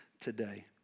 today